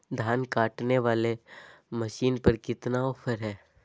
धान काटने वाला मसीन पर कितना ऑफर हाय?